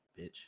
bitch